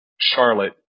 Charlotte